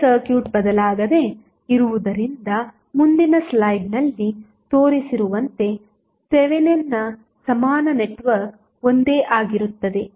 ಉಳಿದ ಸರ್ಕ್ಯೂಟ್ ಬದಲಾಗದೆ ಇರುವುದರಿಂದ ಮುಂದಿನ ಸ್ಲೈಡ್ನಲ್ಲಿ ತೋರಿಸಿರುವಂತೆ ಥೆವೆನಿನ್ನ ಸಮಾನ ನೆಟ್ವರ್ಕ್ ಒಂದೇ ಆಗಿರುತ್ತದೆ